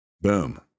Boom